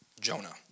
Jonah